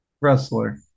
Wrestler